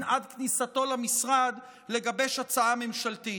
עד כניסתו למשרד לגבש הצעה ממשלתית?